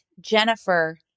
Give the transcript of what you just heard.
Jennifer